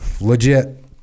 Legit